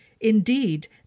Indeed